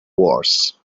wars